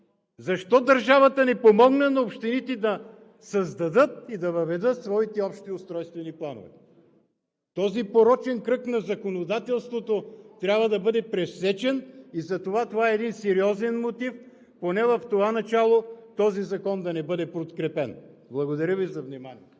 Защо държавата не помогна на общините да създадат и да въведат своите общи устройствени планове? Този порочен кръг на законодателството трябва да бъде пресечен и затова това е един сериозен мотив – поне в началото този закон да не бъде подкрепен. Благодаря Ви за вниманието.